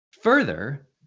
Further